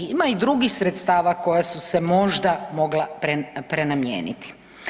Ima i drugih sredstava koja su se možda mogla prenamijeniti.